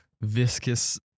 viscous